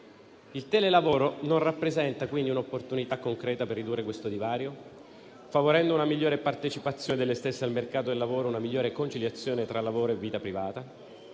Il telelavoro non rappresenta quindi un'opportunità concreta per ridurre questo divario, favorendo una migliore partecipazione delle stesse al mercato del lavoro e una migliore conciliazione tra lavoro e vita privata?